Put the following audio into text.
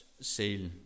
seal